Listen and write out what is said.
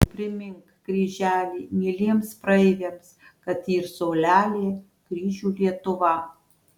primink kryželi mieliems praeiviams kad yr saulelė kryžių lietuva